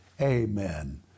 Amen